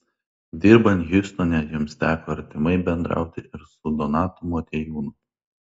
dirbant hjustone jums teko artimai bendrauti ir su donatu motiejūnu